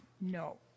no